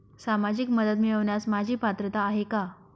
सामाजिक मदत मिळवण्यास माझी पात्रता आहे का?